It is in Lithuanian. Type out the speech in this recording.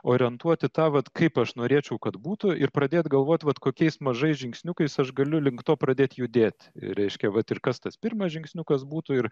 orientuot į tą vat kaip aš norėčiau kad būtų ir pradėt galvot vat kokiais mažais žingsniukais aš galiu link to pradėt judėt ir reiškia vat ir kas tas pirmas žingsniukas būtų ir